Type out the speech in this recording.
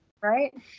right